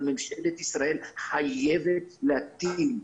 אבל ממשלת ישראל חייבת להטיל,